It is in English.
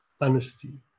honesty